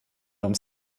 dem